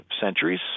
centuries